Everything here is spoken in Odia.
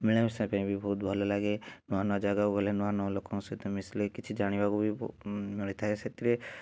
ମିଳାମିଶା ପାଇଁବି ବହୁତ ଭଲ ଲାଗେ ନୂଆ ନୂଆ ଜାଗାକୁ ଗଲେ ନୂଆ ନୂଆ ଲୋକଙ୍କ ସହତ ମିଶିଲେ କିଛି ଜାଣିବାକୁ ବି ବହୁ ମିଳିଥାଏ ସେଥିରେ